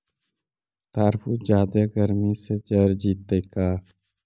तारबुज जादे गर्मी से जर जितै का?